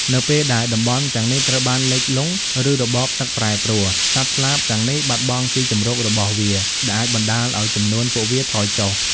នៅពេលដែលតំបន់ទាំងនេះត្រូវបានលិចលង់ ឬរបបទឹកប្រែប្រួល សត្វស្លាបទាំងនេះបាត់បង់ទីជម្រករបស់វា ដែលអាចបណ្តាលឱ្យចំនួនពួកវាថយចុះ។